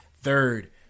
third